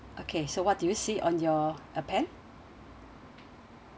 okay so what do you see on your appen